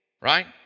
Right